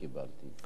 לא קיבלת?